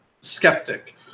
skeptic